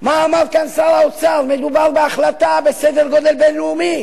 מה אמר כאן שר האוצר: מדובר בהחלטה בסדר-גודל בין-לאומי,